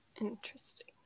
Interesting